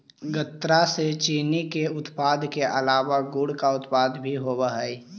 गन्ना से चीनी के उत्पादन के अलावा गुड़ का उत्पादन भी होवअ हई